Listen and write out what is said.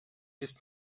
ist